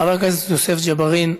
חבר הכנסת יוסף ג'בארין,